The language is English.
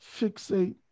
fixate